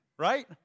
Right